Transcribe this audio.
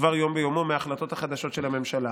דבר יום ביומו מההחלטות החדשות של הממשלה.